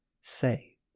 say